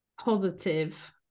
Positive